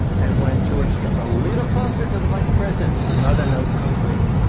and when george gets a little closer to the vice president, another note comes in,